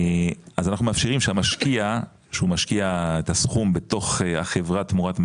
אז אנחנו מאפשרים שהמשקיע שהוא משקיע את הסכום בתוך החברה תמורת מניות,